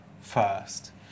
first